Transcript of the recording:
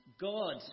God